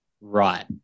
Right